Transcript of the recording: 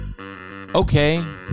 okay